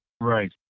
Right